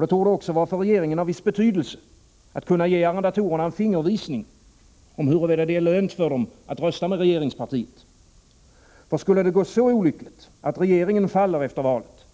Det torde också för regeringen vara av viss betydelse att man kan ge arrendatorerna en fingervisning om huruvida det för dem är lönt att rösta på regeringspartiet. Skulle det gå så olyckligt att regeringen faller efter valet